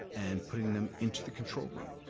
and putting them into the control room.